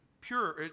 pure